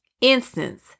instance